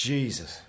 Jesus